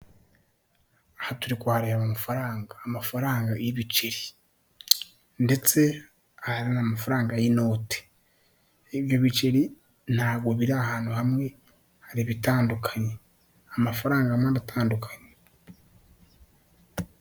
Igikorwaremezo cy'umuhanda w'abanyamaguru ndetse w'ibinyabiziga, aho ibinyabiziga hari kugenderwaho n'ibinyabiziga mu bwoko bwa moto eshatu, ebyiri zitwawe n'abayobozi bazo ndetse bafite abagenzi batwaye, ndetse n'indi imwe idafite umugenzi utwaye ahubwo itwawe n'umuyobozi wayo gusa.